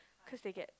cause they get